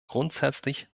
grundsätzlich